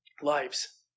lives